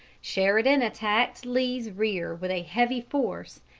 sheridan attacked lee's rear with a heavy force,